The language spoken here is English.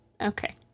okay